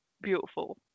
beautiful